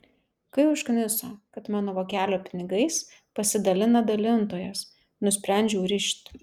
kai užkniso kad mano vokelio pinigais pasidalina dalintojas nusprendžiau rišt